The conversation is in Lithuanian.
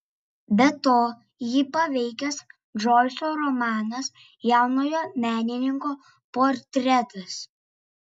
be to jį paveikęs džoiso romanas jaunojo menininko portretas